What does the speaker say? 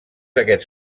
aquests